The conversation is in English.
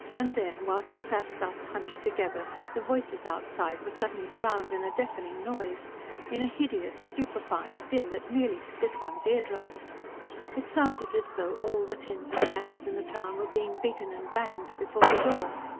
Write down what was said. and then, while she sat thus hunched together, the voices outside were suddenly drowned in a deafening noise in a hideous, stupefying din, that nearly split one's eardrums it sounded as though all the tins and cans in the town were being beaten and banged before the door.